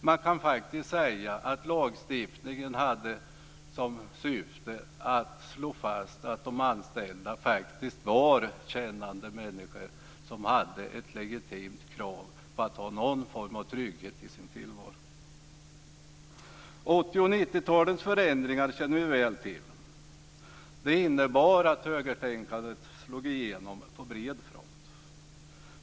Man kan faktiskt säga att lagstiftningen hade till syfte att slå fast att de anställda var kännande människor som hade ett legitimt krav på att ha någon form av trygghet i sin tillvaro. 80 och 90-talens förändringar känner vi väl till. De innebar att högertänkandet slog igenom på bred front.